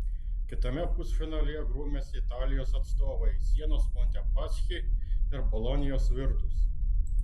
kitame pusfinalyje grūmėsi italijos atstovai sienos montepaschi ir bolonijos virtus